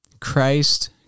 Christ